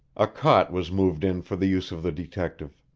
a cot was moved in for the use of the detective.